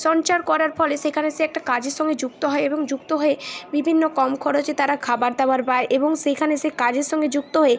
সঞ্চার করার ফলে সেখানে সে একটা কাজের সঙ্গে যুক্ত হয় এবং যুক্ত হয়ে বিভিন্ন কম খরচে তারা খাবার দাবার পায় এবং সেইখানে সে কাজের সঙ্গে যুক্ত হয়ে